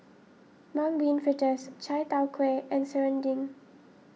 Mung Bean Fritters Chai Tow Kway and Serunding